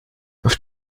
auf